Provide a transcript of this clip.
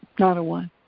not a one.